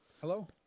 Hello